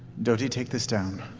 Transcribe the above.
doty, take this down.